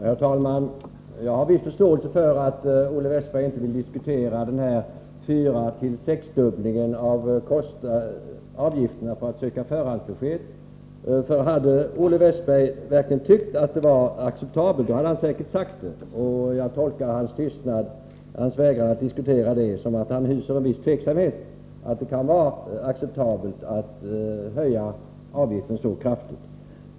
Herr talman! Jag har viss förståelse för att Olle Westberg inte vill diskutera den 4-6-dubbling av avgifterna för att söka förhandsbesked som nu föreslås. Hade Olle Westberg verkligen tyckt att ökningen var acceptabel hade han säkert sagt det. Jag tolkar hans vägran att diskutera frågan så att han hyser en viss tveksamhet och anser att det kan vara diskutabelt att höja avgifter så kraftigt.